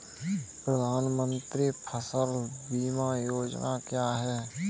प्रधानमंत्री फसल बीमा योजना क्या है?